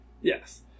Yes